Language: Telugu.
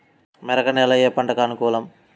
మెరక నేల ఏ పంటకు అనుకూలం?